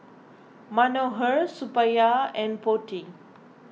Manohar Suppiah and Potti